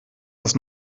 das